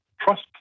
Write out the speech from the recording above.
trust